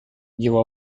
его